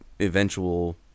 eventual